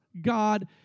God